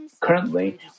Currently